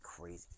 crazy